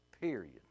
Period